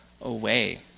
away